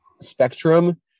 spectrum